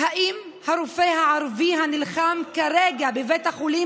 האם הרופא הערבי הנלחם כרגע בבית החולים